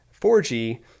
4G